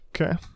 Okay